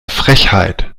frechheit